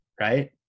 Right